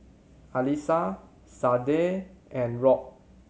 Alissa Sade and Rob